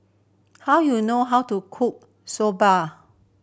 how you know how to cook Soba